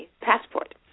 passport